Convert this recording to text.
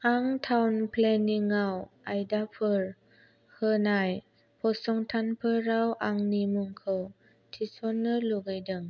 आं टाउन प्लेनिंआव आयदाफोर होनाय फसंथानाफोराव आंनि मुंखौ थिसननो लुगैदों